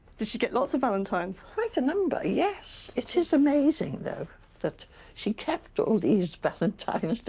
did she get lots of valentines? quite a number, yes. it is amazing though that she kept all these valentines,